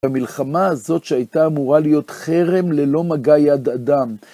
במלחמה הזאת שהייתה אמורה להיות חרם ללא מגע יד אדם.